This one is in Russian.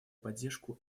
поддержку